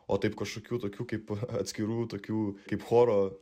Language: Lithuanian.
o taip kažkokių tokių kaip atskirų tokių kaip choro